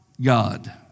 God